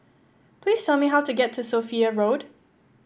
please tell me how to get to Sophia Road